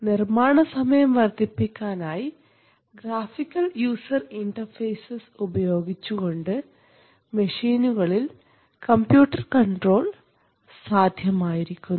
നിർമ്മാണസമയം വർധിപ്പിക്കാനായി graphical user interface ഉപയോഗിച്ചുകൊണ്ട് മെഷീനുകളിൽ കമ്പ്യൂട്ടർ കണ്ട്രോൾ സാധ്യമായിരിക്കുന്നു